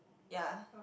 ya